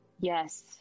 yes